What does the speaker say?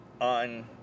on